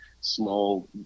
small